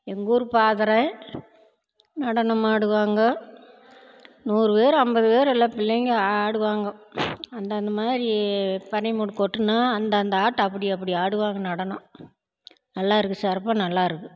எங்கூர் பாதற நடனமாடுவாங்க நூறு பேர் ஐம்பது பேர் எல்லா பிள்ளைங்கள் ஆடுவாங்க அந்தந்த மாதிரி பனி மோடு கொட்டுன்னா அந்தந்த ஆட்டம் அப்படி அப்படி ஆடுவாங்க நடனம் நல்லாருக்கும் சிறப்பா நல்லாயிருக்கும்